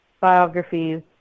biographies